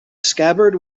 scabbard